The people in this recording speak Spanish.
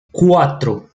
cuatro